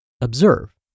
Observe